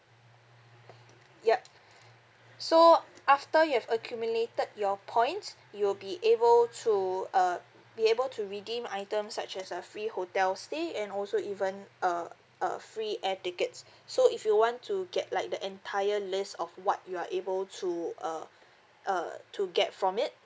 yup so after you have accumulated your points you will be able to uh be able to redeem items such as a free hotel stay and also even uh uh free air tickets so if you want to get like the entire list of what you are able to uh uh to get from it